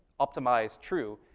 optimize true,